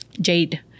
Jade